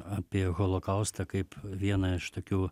apie holokaustą kaip vieną iš tokių